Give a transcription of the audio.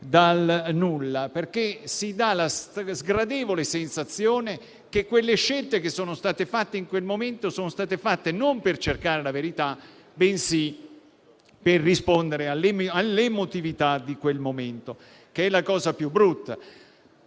dal nulla, perché si dà la sgradevole sensazione che le scelte adottate a quel tempo siano state fatte non per cercare la verità, bensì per rispondere all'emotività del momento, che è la cosa più brutta.